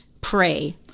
pray